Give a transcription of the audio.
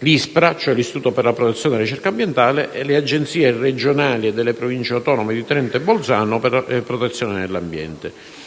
l'Istituto per la protezione e la ricerca ambientale (ISPRA) e le Agenzie regionali e delle Province autonome di Trento e Bolzano per la protezione dell'ambiente.